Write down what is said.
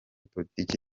politiki